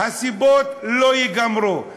הסיבות לא ייגמרו.